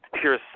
pure